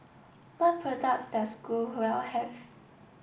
what products does Growell have